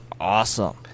Awesome